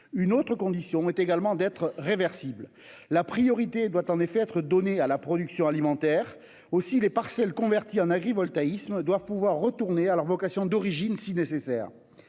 Une autre condition est qu'elles soient réversibles. La priorité doit être accordée à la production alimentaire ; aussi les parcelles converties en agrivoltaïsme doivent-elles pouvoir retourner à leur vocation d'origine si nécessaire.